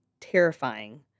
terrifying